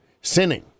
sinning